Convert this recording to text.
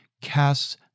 casts